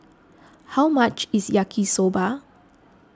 how much is Yaki Soba